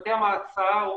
בתי המעצר,